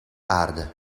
aarde